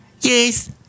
Yes